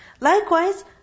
Likewise